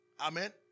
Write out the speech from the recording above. Amen